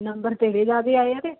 number ਤੇਰੇ ਜ਼ਿਆਦਾ ਆਏ ਆ ਕਿ